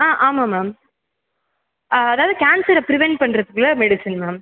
ஆ ஆமாம் மேம் அதாவது கேன்சரை ப்ரிவென்ட் பண்ணுறதுக்குள்ள மெடிஷன் மேம்